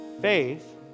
Faith